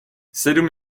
sedm